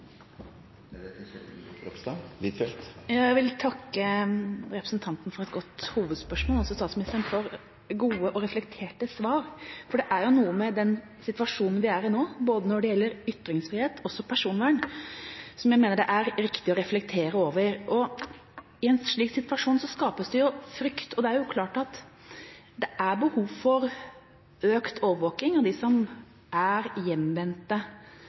Huitfeldt – til oppfølgingsspørsmål. Jeg vil takke representanten for et godt hovedspørsmål og også statsministeren for gode og reflekterte svar. For det er jo noe med den situasjonen vi er i nå, når det gjelder ytringsfrihet, men også personvern, som jeg mener det er riktig å reflektere over. I en slik situasjon skapes det jo frykt, og det er klart at det er behov for økt overvåking av dem som er